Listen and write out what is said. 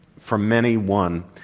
from many, one.